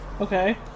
Okay